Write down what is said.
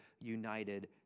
united